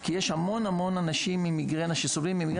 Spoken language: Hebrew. כי יש המון-המון אנשים שסובלים עם מיגרנה